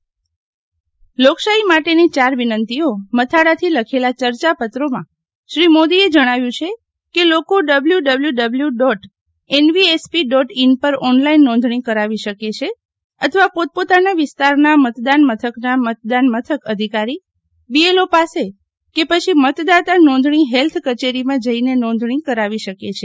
લોકશાહી માટેની ચાર વિનંતીઓ મથાળાથી લખેલાં ચર્ચા પત્રોમાં શ્રી મોદીએ જણાવ્યું છે કે લોકો W W W dot NVSP dot in પર ઓનલાઈન નોંધણી કરાવી શકે છે અથવા પોતપોતાના વિસ્તારના મતદાન મથકના મતદાન મથક અધિકારી બીએલઓ પાસે કે પછી મતદાતા નોંધણી હેલ્થ કચેરીમાં જઈને નોંધણી કરાવી શકે છે